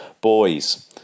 Boys